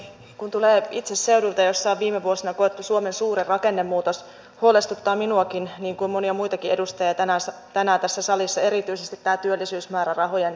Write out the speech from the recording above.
kun tulee itse seudulta missä on viime vuosina koettu suomen suurin rakennemuutos huolestuttaa minuakin niin kuin monia muitakin edustajia tänään tässä salissa erityisesti tämä työllisyysmäärärahojen riittämättömyys